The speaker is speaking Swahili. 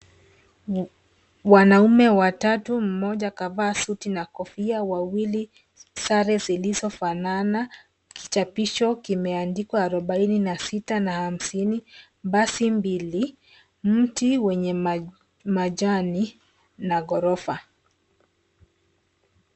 Wanaume watatu, mmoja kavaa suti na kofia, wawili sare zilizofanana. Kichapisho kimeandikwa arubaini na sita na hamsini, basi mbili, mti wenye majani na ghorofa.